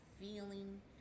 feeling